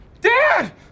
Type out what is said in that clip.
Dad